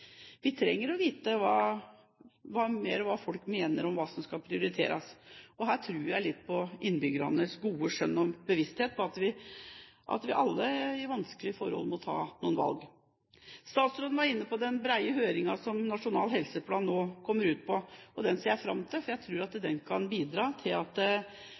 Vi trenger å vite mer om hva folk flest mener skal prioriteres. Her tror jeg litt på innbyggernes gode skjønn, og bevissthet om at vi alle i vanskelige forhold må ta noen valg. Statsråden var inne på den brede høringen som Nasjonal helseplan nå kommer ut på, og den ser jeg fram til, for jeg tror at den kan bidra til